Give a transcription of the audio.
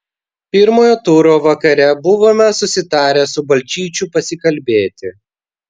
pirmojo turo vakare buvome susitarę su balčyčiu pasikalbėti